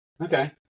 Okay